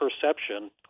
perception